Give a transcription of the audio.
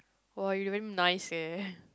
[wah] you damn nice eh